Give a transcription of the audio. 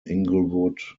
inglewood